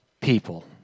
People